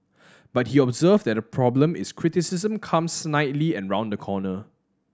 but he observed that the problem is criticism comes snidely and round the corner